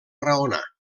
raonar